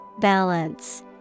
Balance